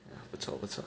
不错不错